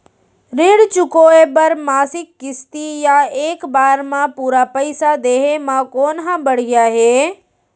ऋण चुकोय बर मासिक किस्ती या एक बार म पूरा पइसा देहे म कोन ह बढ़िया हे?